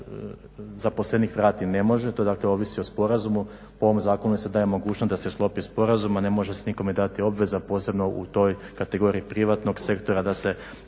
zaposlenik vrati ne može. To dakle ovisi o sporazumu, po ovom zakonu se daje mogućnost da se sklopi sporazum a ne može se nikome dati obveza posebno u toj kategoriji privatnog sektora da se